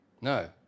No